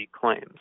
claims